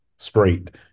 straight